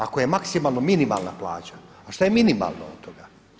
Ako je maksimalno minimalna plaća, a šta je minimalno od toga?